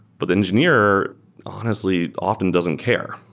but the engineer honestly often doesn't care,